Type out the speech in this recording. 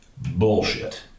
Bullshit